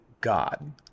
God